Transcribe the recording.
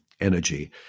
energy